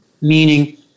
meaning